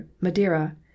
Madeira